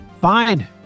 Fine